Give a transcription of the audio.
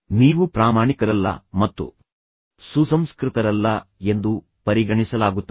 ನೀವು ಪ್ರಾಮಾಣಿಕರಲ್ಲ ಮತ್ತು ಸುಸಂಸ್ಕೃತರಲ್ಲ ಎಂದು ಪರಿಗಣಿಸಲಾಗುತ್ತದೆ